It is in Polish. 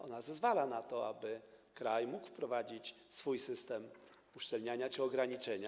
Ona zezwala na to, aby kraj mógł wprowadzić swój system uszczelniania czy ograniczenia.